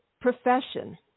profession